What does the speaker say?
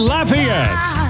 Lafayette